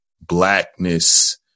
blackness